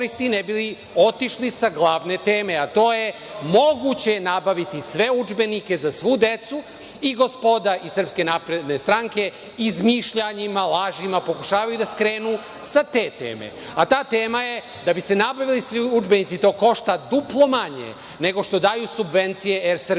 ne bi li otišli sa glavne teme, a to je – moguće je nabaviti sve udžbenike za svu decu, i gospoda iz SNS izmišljanjima, lažima pokušavaju da skrenu sa te teme. A ta tema je da bi se nabavili svi udžbenici, to košta duplo manje nego što daju subvencije „ER Srbiji“.